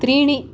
त्रीणि